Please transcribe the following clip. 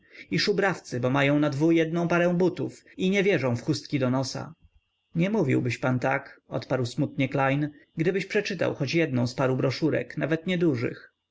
i szubrawcy bo mają na dwu jedną parę butów i nie wierzą w chustki do nosa nie mówiłbyś pan tak odparł smutnie klejn gdybyś przeczytał choć z parę broszurek nawet